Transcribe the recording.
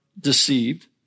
deceived